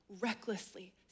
recklessly